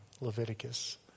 Leviticus